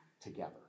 together